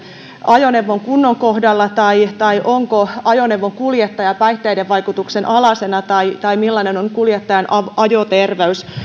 ajoneuvon kunnon kohdalla tai tai onko ajoneuvon kuljettaja päihteiden vaikutuksen alaisena tai tai millainen on kuljettajan ajoterveys